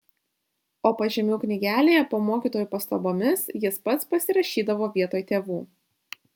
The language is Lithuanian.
o pažymių knygelėje po mokytojų pastabomis jis pats pasirašydavo vietoj tėvų